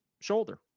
shoulder